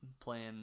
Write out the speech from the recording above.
playing